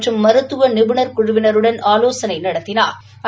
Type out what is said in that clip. மற்றும் மருத்துவ நிபுணா் குழுவினருடன் ஆலோசனை நடத்தினாா்